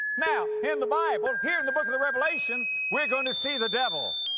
now in the bible, here in the book of the revelation, we're going to see the devil.